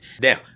Now